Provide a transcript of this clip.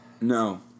No